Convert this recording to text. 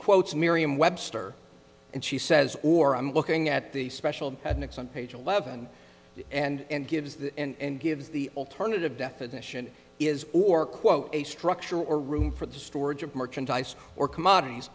quotes miriam webster and she says or i'm looking at the special at next on page eleven and gives and gives the alternative definition is or quote a structure or room for the storage of merchandise or commodities